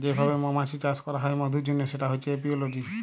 যে ভাবে মমাছির চাষ ক্যরা হ্যয় মধুর জনহ সেটা হচ্যে এপিওলজি